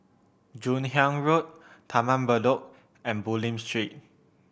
Joon Hiang Road Taman Bedok and Bulim Street